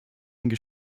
ihnen